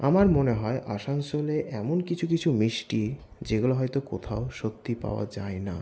আমার মনে হয় আসানসোলে এমন কিছু কিছু মিষ্টি যেগুলো হয়তো কোথাও সত্যি পাওয়া যায় না